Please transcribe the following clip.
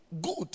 Good